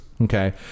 Okay